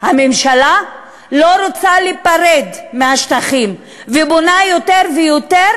הממשלה לא רוצה להיפרד מהשטחים ובונה יותר ויותר